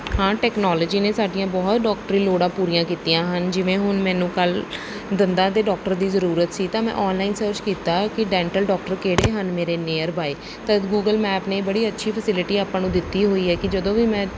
ਹਾਂ ਟੈਕਨੋਲਜੀ ਨੇ ਸਾਡੀਆਂ ਬਹੁਤ ਡੋਕਟਰੀ ਲੋੜਾਂ ਪੂਰੀਆਂ ਕੀਤੀਆਂ ਹਨ ਜਿਵੇਂ ਹੁਣ ਮੈਨੂੰ ਕੱਲ੍ਹ ਦੰਦਾਂ ਦੇ ਡਾਕਟਰ ਦੀ ਜ਼ਰੂਰਤ ਸੀ ਤਾਂ ਮੈਂ ਔਨਲਾਈਨ ਸਰਚ ਕੀਤਾ ਕਿ ਡੈਂਟਲ ਡੋਕਟਰ ਕਿਹੜੇ ਹਨ ਮੇਰੇ ਨੀਅਰ ਬਾਏ ਤੱਦ ਗੂਗਲ ਮੈਪ ਨੇ ਬੜੀ ਅੱਛੀ ਫੈਸਿਲਿਟੀ ਆਪਾਂ ਨੂੰ ਦਿੱਤੀ ਹੋਈ ਹੈ ਕਿ ਜਦੋਂ ਵੀ ਮੈਂ